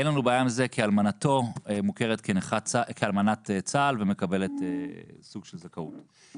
אין לנו בעיה עם זה כי אלמנתו מוכרת כאלמנת צה"ל ומקבלת סוג של זכאות.